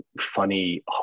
funny